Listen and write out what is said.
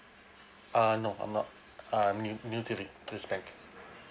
uh no I'm not err I'm new new to the this bank